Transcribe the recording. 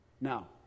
Now